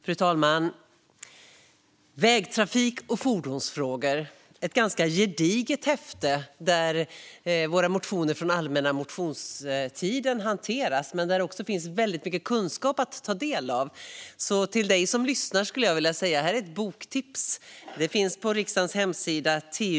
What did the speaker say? Fru talman! Vägtrafik och fordonsfrågor - det är ett ganska gediget häfte där våra motioner från allmänna motionstiden hanteras, men där det också finns väldigt mycket kunskap att ta del av. Så till dig som lyssnar skulle jag vilja säga: Här är ett boktips! Betänkandet finns på riksdagens hemsida och heter TU10.